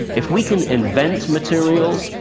if we can invent materials,